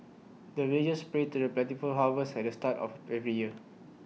the villagers pray for plentiful harvest at the start of every year